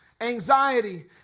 anxiety